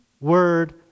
word